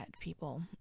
people